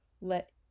Let